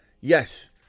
Yes